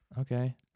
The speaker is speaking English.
okay